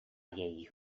jejich